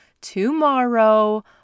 tomorrow